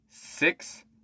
Six